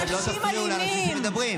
אתם לא תפריעו לאנשים שמדברים.